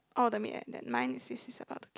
all the then mine it says he's about to kick